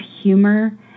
humor